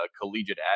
collegiate